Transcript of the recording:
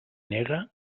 nega